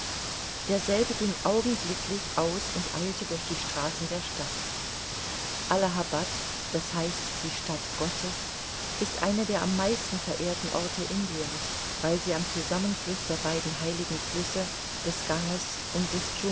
derselbe ging augenblicklich aus und eilte durch die straßen der stadt allahabad d h die stadt gottes ist eine der am meisten verehrten orte indiens weil sie am zusammenfluß der beiden heiligen flüsse des ganges und des